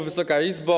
Wysoka Izbo!